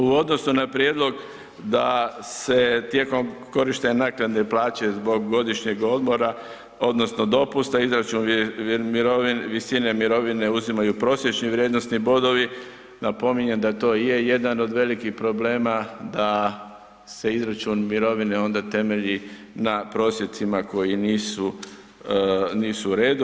U odnosu na prijedlog da se tijekom korištenja naknade plaće zbog godišnjeg odmora odnosno dopusta, izračuni visine mirovine uzimaju prosječne vrijednosni bodovi, napominjem da to je jedan od velikih problema, da se izračun mirovine onda temelji na prosjecima koji nisu u redu.